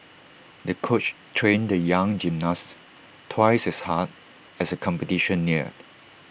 the coach trained the young gymnast twice as hard as the competition neared